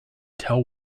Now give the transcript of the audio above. tell